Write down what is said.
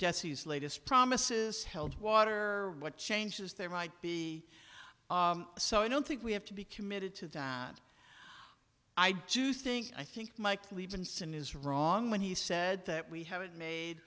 jesse's latest promises held water what changes there might be so i don't think we have to be committed to i do think i think mike lee vinson is wrong when he said that we haven't made